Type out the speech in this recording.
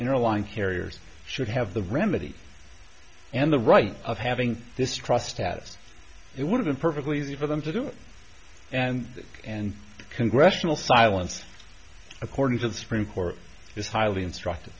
interline carriers should have the remedy and the right of having this trust that it would've been perfectly easy for them to do it and and congressional silence according to the supreme court is highly instruct